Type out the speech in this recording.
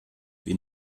wie